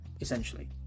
essentially